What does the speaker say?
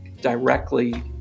directly